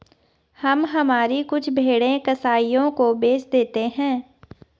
हम हमारी कुछ भेड़ें कसाइयों को बेच देते हैं